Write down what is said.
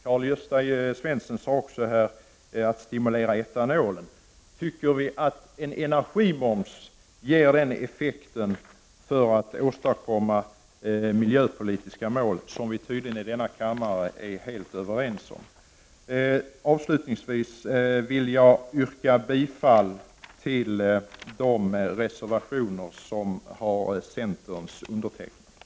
Karl-Gösta Svenson talade också om stimulanser för användande av etanol. Anser ni att en energimoms ger en sådan effekt att miljöpolitiska mål, som vi tydligen är helt överens om i denna kammare, uppnås? Avslutningsvis vill jag yrka bifall till de reservationer som centern står bakom.